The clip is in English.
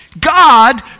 God